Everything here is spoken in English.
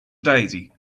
daisy